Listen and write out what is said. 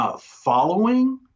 following